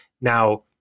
now